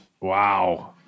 Wow